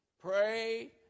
Pray